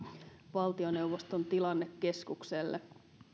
valtioneuvoston tilannekeskukselle